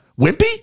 wimpy